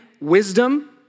wisdom